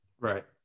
Right